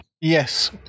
yes